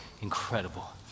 incredible